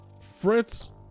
Fritz